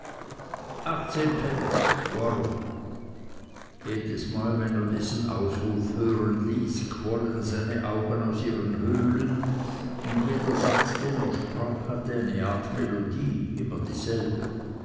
achtzehn pence goru jedesmal wenn er diesen ausruf hören ließ quollen seine augen aus ihren höhlen und jeder satz den er sprach hatte eine art melodie immer dieselbe